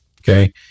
Okay